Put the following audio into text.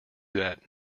that